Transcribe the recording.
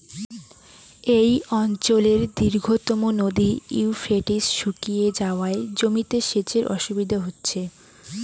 এই অঞ্চলের দীর্ঘতম নদী ইউফ্রেটিস শুকিয়ে যাওয়ায় জমিতে সেচের অসুবিধে হচ্ছে